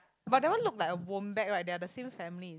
but that one look like a wombat right they are the same family